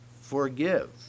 forgive